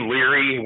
Leary